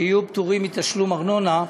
שיהיו פטורים מתשלום ארנונה.